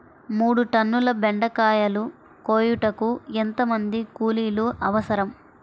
మూడు టన్నుల బెండకాయలు కోయుటకు ఎంత మంది కూలీలు అవసరం?